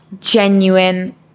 genuine